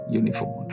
uniform